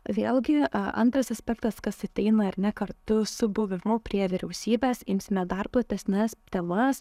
vėlgi a antras aspektas kas ateina ir ne kartu su buvimu prie vyriausybės imsime dar platesnes temas